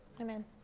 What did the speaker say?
Amen